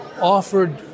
offered